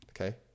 Okay